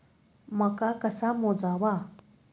मका कसा मोजावा?